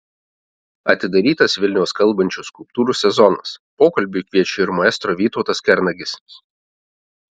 atidarytas vilniaus kalbančių skulptūrų sezonas pokalbiui kviečia ir maestro vytautas kernagis